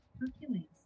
Hercules